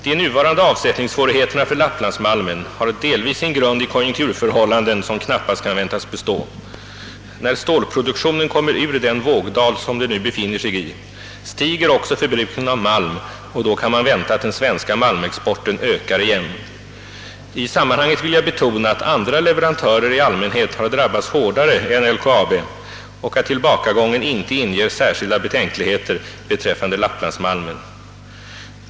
De nuvarande avsättningssvårigheterna för lapplandsmalmen har delvis sin grund i konjunkturförhållanden, som knappast kan väntas bestå. När stålpro duktionen kommer ur den vågdal, som den nu befinner sig i, stiger också förbrukningen av malm, och då kan man vänta att den svenska malmexporten ökar igen. I sammanhanget vill jag betona, att andra leverantörer i allmänhet har drabbats hårdare än LKAB och att tillbakagången inte inger särskilda betänkligheter beträffande lapplandsmalmen.